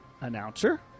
announcer